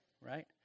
right